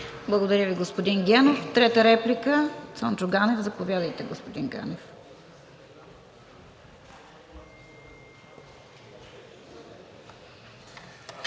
Благодаря Ви, господин Генов. Трета реплика – Цончо Ганев. Заповядайте, господин Ганев.